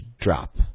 drop